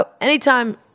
anytime